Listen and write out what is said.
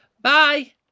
Bye